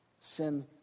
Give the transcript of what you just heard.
Sin